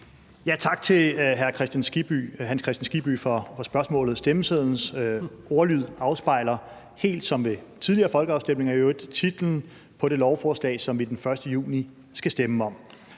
Tak til hr. Hans Kristian Skibby for spørgsmålet. Stemmesedlens ordlyd afspejler, helt som ved tidligere folkeafstemninger i øvrigt, titlen på det lovforslag, som vi skal stemme om